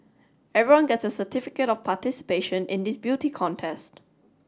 everyone gets a certificate of participation in this beauty contest